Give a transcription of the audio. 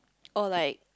or like